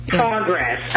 progress